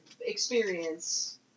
experience